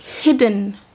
hidden